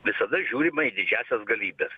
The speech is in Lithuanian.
visada žiūrima į didžiąsias galybes